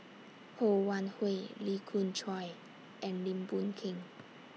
Ho Wan Hui Lee Khoon Choy and Lim Boon Keng